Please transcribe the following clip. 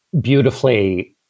beautifully